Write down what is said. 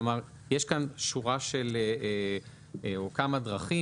כלומר, יש כאן כמה דרכים.